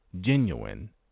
genuine